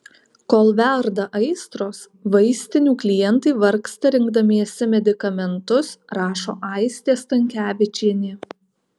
kol verda aistros vaistinių klientai vargsta rinkdamiesi medikamentus rašo aistė stankevičienė